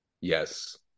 Yes